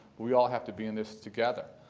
we all have to be in this together.